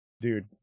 dude